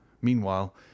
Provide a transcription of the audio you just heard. Meanwhile